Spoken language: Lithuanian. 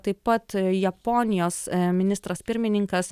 taip pat japonijos ministras pirmininkas